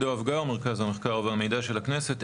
עידו אבגר ממרכז המחקר והמידע של הכנסת.